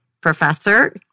professor